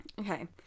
Okay